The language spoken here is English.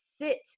sit